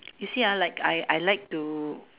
you see ah like I I like to